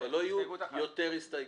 אבל לא יהיו יותר הסתייגויות.